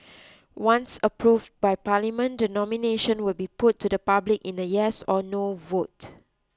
once approve by Parliament the nomination will be put to the public in the yes or no vote